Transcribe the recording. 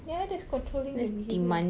ya that's controlling the behaviour